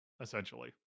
essentially